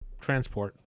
transport